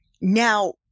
Now